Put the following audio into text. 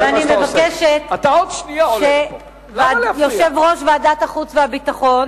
אני מבקשת שיושב-ראש ועדת החוץ והביטחון